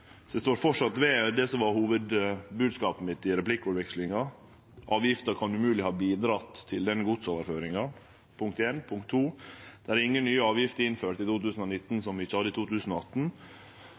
Så eg står framleis ved det som var hovudbodskapen min i replikkordskiftet: Avgifta kan umogleg ha bidrege til den godsoverføringa. Det vert ingen nye avgifter innført i 2019